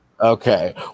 okay